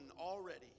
already